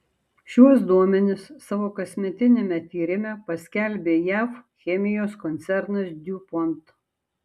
šiuos duomenis savo kasmetiniame tyrime paskelbė jav chemijos koncernas diupont